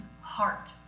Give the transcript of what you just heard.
heart